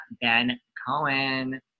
Ben-Cohen